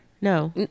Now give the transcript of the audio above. No